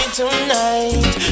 tonight